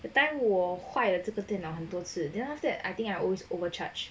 that time 我坏了这个电脑很多次 then after that I think I always overcharge